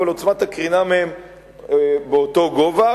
אבל עוצמת הקרינה מהם באותו גובה,